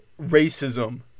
racism